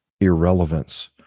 irrelevance